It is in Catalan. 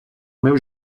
meu